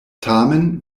tamen